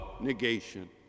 negation